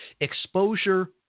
exposure